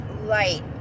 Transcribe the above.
light